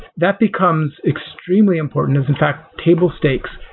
that becomes extremely important. in fact, table stakes,